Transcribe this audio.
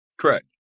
Correct